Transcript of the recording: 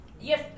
yes